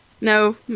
No